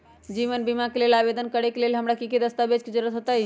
जीवन बीमा के लेल आवेदन करे लेल हमरा की की दस्तावेज के जरूरत होतई?